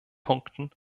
punkten